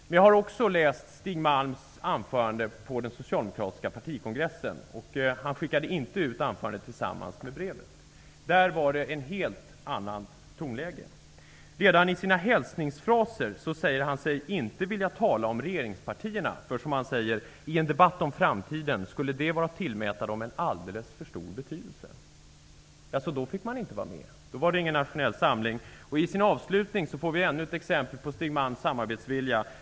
Men jag har också läst Stig Malms anförande på den socialdemokratiska partikongressen. Han skickade inte ut anförandet tillsammans med brevet. Där var det ett helt annat tonläge. Redan i sina hälsningsfraser säger han sig inte vilja tala om regeringspartierna eftersom, som han säger: ''I en debatt om framtiden skulle det vara att tillmäta dom en alldeles för stor betydelse.'' Jaså, där fick man inte vara med! Där var det inte någon nationell samling. I hans avslutning får vi ännu ett exempel på Stig Malms samarbetsvilja.